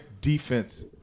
defense